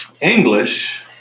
English